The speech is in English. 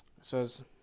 says